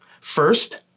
First